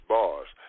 Bars